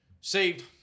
saved